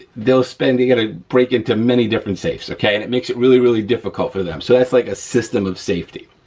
they'll spend, you gotta break into many different safes, okay, and it makes it really, really difficult for them. so like a system of safety.